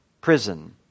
prison